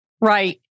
right